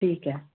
ਠੀਕ ਹੈ